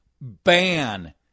Ban